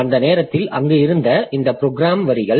அந்த நேரத்தில் அங்கு இருந்த இந்த ப்ரோக்ராம் வரிகள்